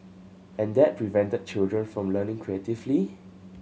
and that prevented children from learning creatively